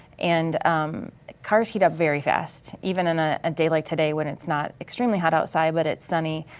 and cars heat up very fast, even on a ah day like today when it's not extremely hot outside but it's sunny,